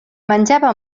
menjava